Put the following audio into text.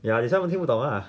ya that's why 他们听不懂 lah